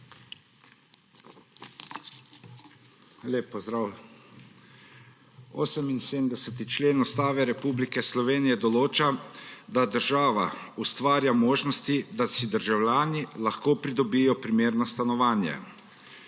Lep pozdrav! 78. člen Ustave Republike Slovenije določa, da država ustvarja možnosti, da si državljani lahko pridobijo primerno stanovanje.